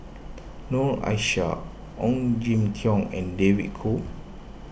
Noor Aishah Ong Jin Teong and David Kwo